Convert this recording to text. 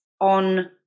on